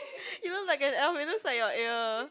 you look like an elf it looks like your ear